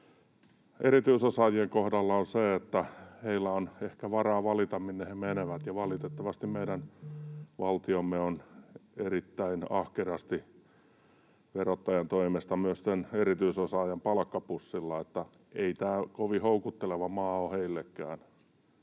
erityisosaajien kohdalla on se, että heillä on ehkä varaa valita, minne he menevät, ja valitettavasti meidän valtiomme on erittäin ahkerasti verottajan toimesta myös tämän erityisosaajan palkkapussilla, eli ei tämä kovin houkutteleva maa ole heillekään.